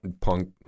punk